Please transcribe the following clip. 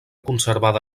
conservada